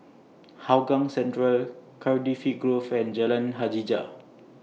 Hougang Central Cardifi Grove and Jalan Hajijah